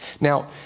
Now